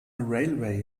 railway